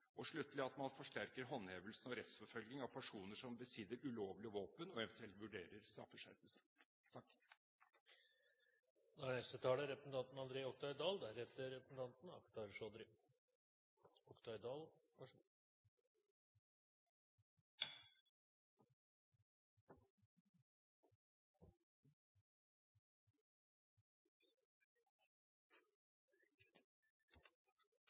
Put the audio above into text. og, sluttelig, at man forsterker håndhevelsen og rettsforfølgning av personer som besitter ulovlig våpen, og eventuelt vurderer